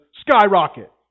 skyrocket